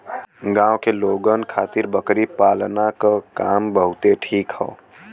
गांव के लोगन खातिर बकरी पालना क काम बहुते ठीक हौ